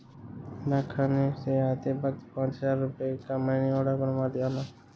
डाकखाने से आते वक्त पाँच हजार रुपयों का मनी आर्डर बनवा लाना